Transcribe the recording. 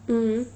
mmhmm